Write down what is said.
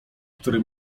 który